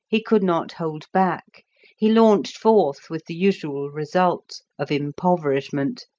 he could not hold back he launched forth, with the usual result of impoverishment,